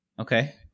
Okay